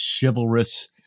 chivalrous